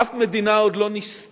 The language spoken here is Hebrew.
אף מדינה עוד לא ניסתה.